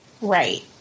Right